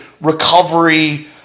recovery